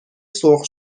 سرخ